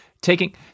Taking